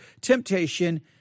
temptation